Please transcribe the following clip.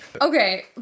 Okay